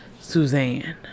Suzanne